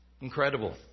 incredible